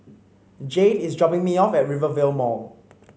Jayde is dropping me off at Rivervale Mall